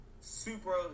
super